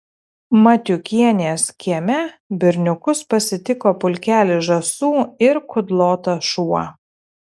matiukienės kieme berniukus pasitiko pulkelis žąsų ir kudlotas šuo